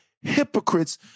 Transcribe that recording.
hypocrites